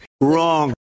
Wrong